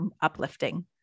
uplifting